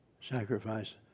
sacrifice